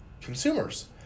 consumers